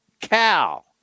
Cal